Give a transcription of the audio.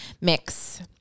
mix